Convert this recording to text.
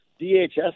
DHS